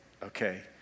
Okay